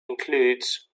includes